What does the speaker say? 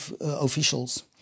officials